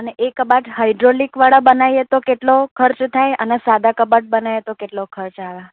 અને એ કબાટ હાઇડ્રોલિકવાળા બનાવીએ તો કેટલો ખર્ચ થાય અને સાદા કબાટ બનાવીએ તો કેટલો ખર્ચ આવે